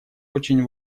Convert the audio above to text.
очень